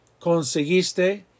conseguiste